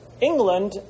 England